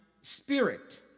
spirit